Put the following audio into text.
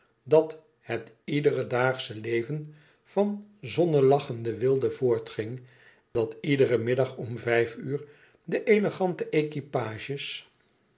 dat het iederen daagsche leven van zonnelachende weelde voortging dat iederen middag om vijf uur de elegante